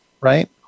Right